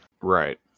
Right